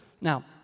Now